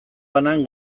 banan